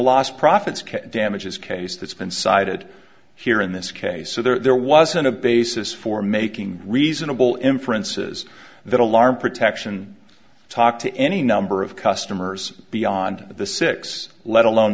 lost profits damages case that's been cited here in this case so there wasn't a basis for making reasonable inferences that alarm protection talk to any number of customers beyond the six let alone